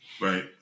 Right